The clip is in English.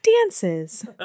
dances